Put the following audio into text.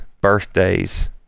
birthdays